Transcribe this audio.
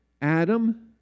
Adam